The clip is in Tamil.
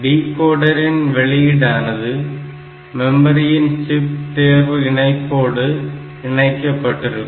டிகோடரின் வெளியீடானது மெமரியின் சிப் தேர்வு இணைப்போடு இணைக்கப்பட்டிருக்கும்